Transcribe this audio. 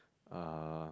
uh